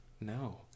No